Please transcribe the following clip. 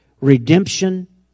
redemption